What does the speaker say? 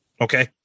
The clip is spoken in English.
okay